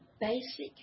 basic